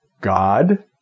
God